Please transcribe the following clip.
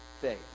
Faith